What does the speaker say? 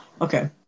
Okay